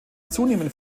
zunehmend